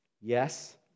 Yes